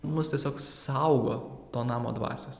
mus tiesiog saugo to namo dvasios